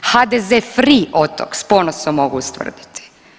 HDZ free otok, s ponosom mogu ustvrditi.